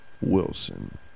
Wilson